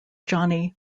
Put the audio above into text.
johnny